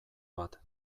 bat